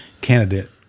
candidate